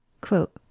quote